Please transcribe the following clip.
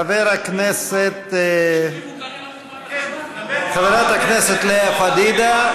חברת הכנסת לאה פדידה,